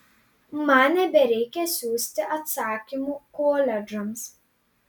man nebereikia siųsti atsakymų koledžams